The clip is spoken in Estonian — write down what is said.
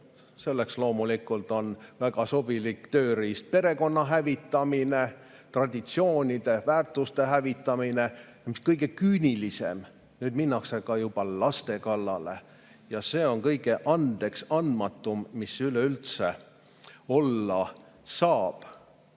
Selleks loomulikult on väga sobilik tööriist perekonna hävitamine, traditsioonide, väärtuste hävitamine ja, mis kõige küünilisem, nüüd minnakse ka juba laste kallale. See on kõige andeksandmatum, mis üleüldse olla saab.